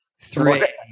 three